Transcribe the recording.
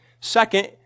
Second